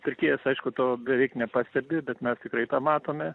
pirkėjas aišku to beveik nepastebi bet mes tikrai tą matome